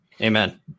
Amen